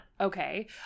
okay